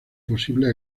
posible